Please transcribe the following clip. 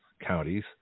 counties